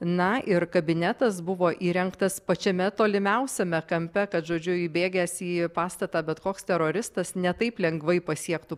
na ir kabinetas buvo įrengtas pačiame tolimiausiame kampe kad žodžiu įbėgęs į pastatą bet koks teroristas ne taip lengvai pasiektų